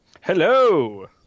Hello